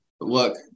Look